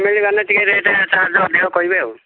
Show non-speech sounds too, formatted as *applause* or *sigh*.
*unintelligible* ମାନେ ଟିକେ rate charge ଅଧିକ କହିବେ ଆଉ